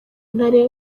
ntare